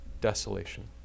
desolation